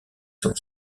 son